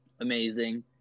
amazing